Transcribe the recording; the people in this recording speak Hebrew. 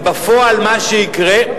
ובפועל מה שיקרה,